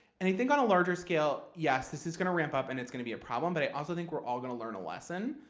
and i think on a larger scale, yes, this is going to ramp up and it's going to be a problem, but i also think we're all going to learn a lesson,